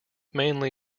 mainly